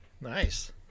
Nice